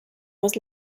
was